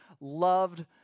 loved